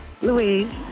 Louise